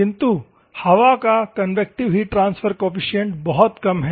किन्तु हवा का कन्वेक्टिव हीट ट्रांसफर कोफिसिएंट बहुत कम है